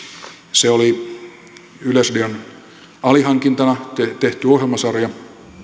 se oli yleisradion alihankintana tehty ohjelmasarja